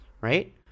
right